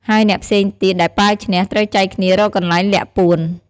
ហើយអ្នកផ្សេងទៀតដែលប៉ាវឈ្នះ ត្រូវចែកគ្នារកកន្លែងលាក់ពួន។